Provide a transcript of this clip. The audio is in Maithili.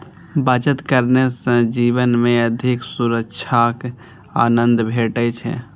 बचत करने सं जीवन मे अधिक सुरक्षाक आनंद भेटै छै